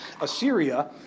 Assyria